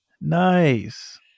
Nice